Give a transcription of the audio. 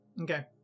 Okay